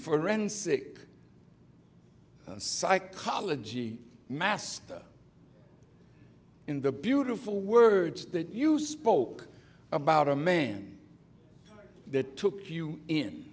forensic psychology master in the beautiful words that you spoke about a man that took